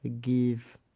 give